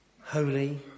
holy